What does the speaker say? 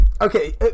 okay